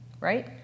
right